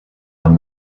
when